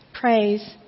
praise